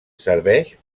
serveix